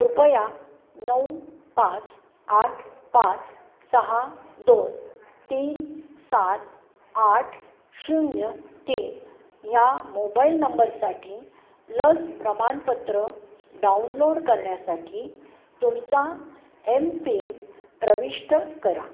कृपया नऊ पाच आठ पाच सहा दोन तीन सात आठ शून्य तीन ह्या मोबाईल नंबरसाठी लस प्रमाणपत्र डाउनलोड करण्यासाठी तुमचा एम पिन प्रविष्ट करा